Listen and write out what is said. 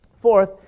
Fourth